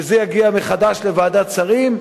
וזה יגיע מחדש לוועדת השרים,